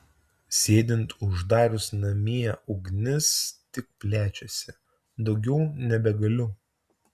sėdint užsidarius namie ugnis tik plečiasi daugiau nebegaliu